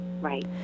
Right